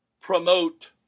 promote